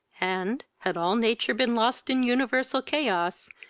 and, had all nature been lost in universal chaos,